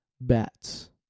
bats